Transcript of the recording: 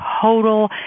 total